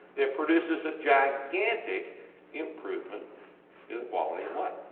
it produces a gigantic improvement to the quality